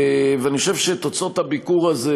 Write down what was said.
ואני חושב שתוצאות הביקור הזה,